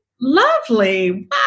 Lovely